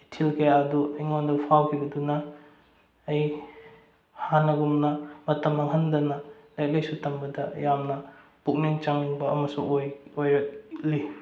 ꯏꯊꯤꯜ ꯀꯌꯥ ꯑꯗꯨ ꯑꯩꯉꯣꯟꯗ ꯐꯥꯎꯈꯤꯕꯗꯨꯅ ꯑꯩ ꯍꯥꯟꯅꯒꯨꯝꯅ ꯃꯇꯝ ꯃꯥꯡꯍꯟꯗꯅ ꯂꯥꯏꯔꯤꯛ ꯂꯥꯏꯁꯨ ꯇꯝꯕꯗ ꯌꯥꯝꯅ ꯄꯨꯛꯅꯤꯡ ꯆꯪꯕ ꯑꯃꯁꯨ ꯑꯣꯏ ꯑꯣꯏꯔꯛꯂꯤ